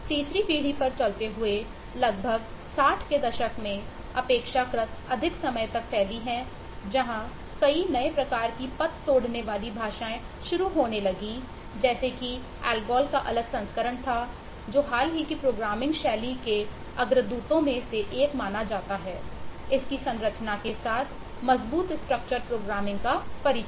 तीसरी पीढ़ी पर चलते हुए लगभग 60 के दशक में अपेक्षाकृत अधिक समय तक फैली है जहाँ कई नए प्रकार की पथ तोड़ने वाली भाषाएं शुरू होने लगीं जैसे कि एल्गोल का परिचय